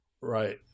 Right